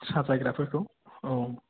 साफायग्राफोरखौ औ